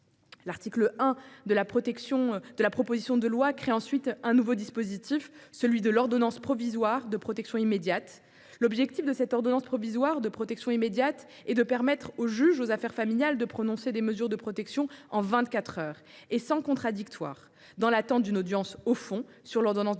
L’article 1 de la proposition de loi vise en outre à créer un nouveau dispositif, à savoir l’ordonnance provisoire de protection immédiate (OPPI). L’objectif de cette ordonnance provisoire de protection immédiate est de permettre au juge aux affaires familiales (JAF) de prononcer des mesures de protection en vingt quatre heures et sans contradictoire, dans l’attente de l’audience au fond sur l’ordonnance de protection, laquelle